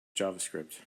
javascript